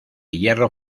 hierro